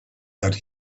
that